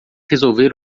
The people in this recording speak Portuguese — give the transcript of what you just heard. resolver